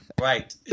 Right